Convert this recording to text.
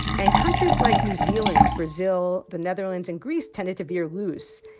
and countries like new zealand, brazil, the netherlands and greece tended to veer loose.